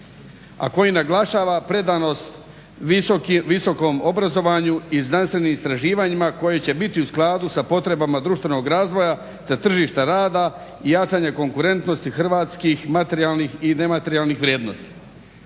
a koji naglašava predanost visokom obrazovanju i znanstvenim istraživanjima koji će biti u skladu sa potrebama društvenog razvoja te tržišta rada, jačanja konkurentnosti hrvatskih materijalnih i nematerijalnih vrijednosti.